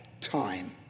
time